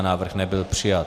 Návrh nebyl přijat.